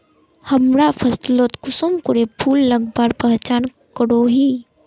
हमरा फसलोत कुंसम करे फूल लगवार पहचान करो ही?